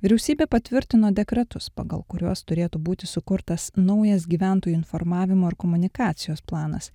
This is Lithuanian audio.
vyriausybė patvirtino dekretus pagal kuriuos turėtų būti sukurtas naujas gyventojų informavimo ir komunikacijos planas